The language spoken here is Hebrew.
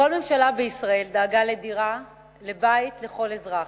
כל ממשלה בישראל דאגה לדירה, לבית, לכל אזרח.